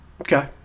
Okay